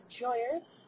joyous